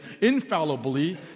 infallibly